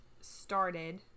started